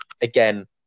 Again